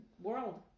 world